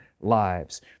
lives